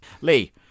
Lee